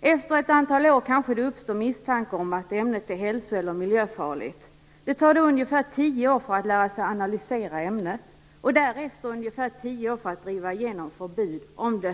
Efter ett antal år kanske det uppstår misstankar om att ämnet är hälso eller miljöfarligt. Det tar då ungefär tio år att lära sig analysera ämnet och därefter ungefär tio år att driva igenom förbud, om det